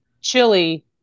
chili